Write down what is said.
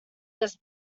this